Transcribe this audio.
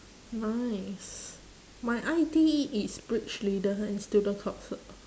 nice my I_D is bridge leader and student comfort